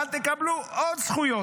אבל תקבלו עוד זכויות.